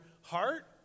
heart